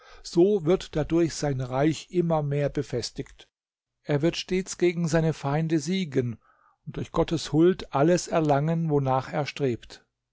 so wird dadurch sein reich immer mehr befestigt er wird stets gegen seine feinde siegen und durch gottes huld alles erlangen wonach er strebt